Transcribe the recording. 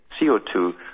CO2